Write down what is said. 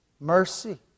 mercy